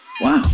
Wow